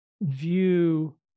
view